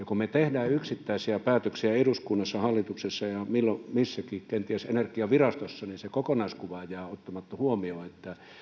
kun me teemme yksittäisiä päätöksiä eduskunnassa hallituksessa ja milloin missäkin kenties energiavirastossa se kokonaiskuva jää ottamatta huomioon